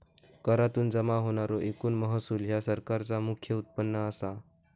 करातुन जमा होणारो एकूण महसूल ह्या सरकारचा मुख्य उत्पन्न असा